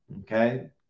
okay